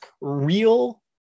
real